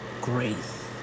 Grace